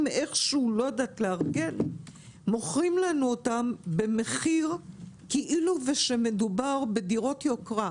איכשהו לארגן מוכרים לנו אותן במחיר כאילו מדובר בדירות יוקרה.